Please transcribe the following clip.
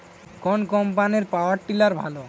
কোন কম্পানির power tiller ভালো?